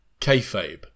kayfabe